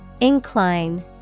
Incline